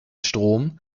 strom